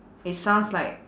it sounds like